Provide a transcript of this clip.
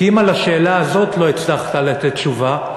כי אם על השאלה הזאת לא הצלחת לתת תשובה,